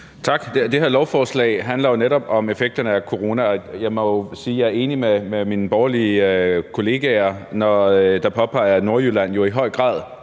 Tak. Det her lovforslag handler jo netop om effekterne af corona, og jeg må jo sige, at jeg er enig med mine borgerlige kollegaer, der påpeger, at Nordjylland i høj grad